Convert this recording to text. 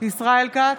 ישראל כץ,